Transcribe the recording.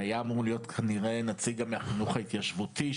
היה אמור להיות כנראה נציג מהחינוך ההתיישבותי,